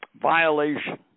violation